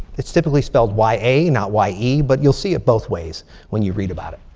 it's typically spelled y a, not y e. but you'll see it both ways when you read about it.